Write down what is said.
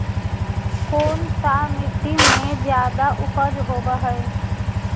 कोन सा मिट्टी मे ज्यादा उपज होबहय?